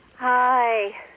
Hi